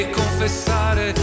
confessare